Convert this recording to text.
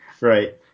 Right